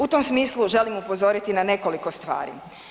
U tom smislu želim upozoriti na nekoliko stvari.